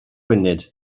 funud